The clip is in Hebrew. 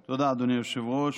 תודה, אדוני היושב-ראש.